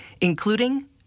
including